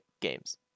games